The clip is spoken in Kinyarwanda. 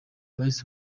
bahise